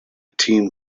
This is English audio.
team